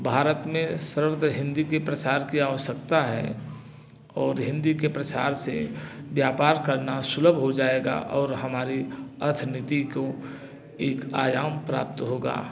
भारत में सरलतः हिंदी की प्रसार की आवश्यकता है और हिंदी के प्रसार से व्यापार करना सुलभ हो जाएगा और हमारी अर्थनीति को एक आयाम प्राप्त होगा